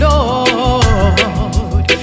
Lord